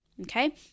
Okay